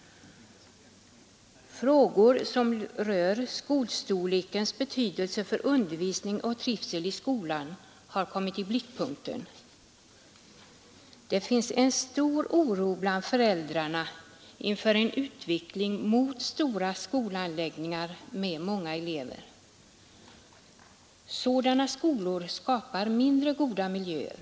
Frågor som rör skolstorlekens betydelse för undervisning och trivsel i skolan har kommit i blickpunkten. Det finns en stor oro bland föräldrarna inför en utveckling mot stora skolanläggningar med många elever. Sådana skolor skapar mindre goda miljöer.